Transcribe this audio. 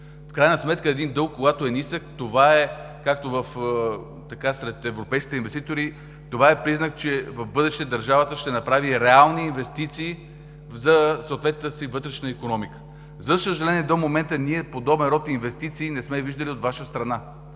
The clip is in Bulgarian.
В крайна сметка, когато един дълг е нисък, както е сред европейските инвеститори, това е признак, че в бъдеще държавата ще направи реални инвестиции за съответната си вътрешна икономика. За съжаление, до момента ние подобен род инвестиции не сме виждали от Ваша страна.